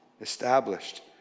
established